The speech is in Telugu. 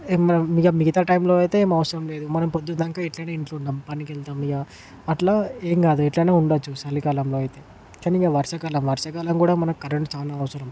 ఇక మనం మిగతా టైమ్లో అయితే ఏం అవసరం లేదు మనం పొద్దున్నదాకా ఎట్లనే ఇంట్లో ఉండం పనికి వెళ్తాం ఇక అట్లా ఏంకాదు ఎట్లన్న ఉండచ్చు సలికాలంలో అయితే కాని ఇంకా వర్షాకాలం వర్షాకాలం కూడా మనకు కరెంట్ చాలా అవసరం